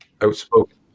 outspoken